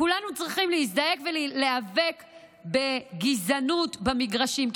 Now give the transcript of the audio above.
כולנו צריכים להזדעק ולהיאבק בגזענות במגרשים,